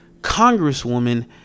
Congresswoman